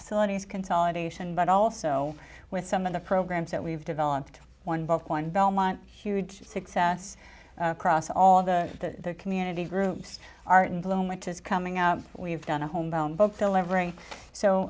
facilities consolidation but also with some of the programs that we've developed one by one belmont huge success across all the community groups are in bloom which is coming out we've done a home grown book delivering so